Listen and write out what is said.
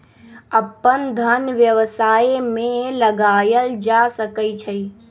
अप्पन धन व्यवसाय में लगायल जा सकइ छइ